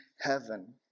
heaven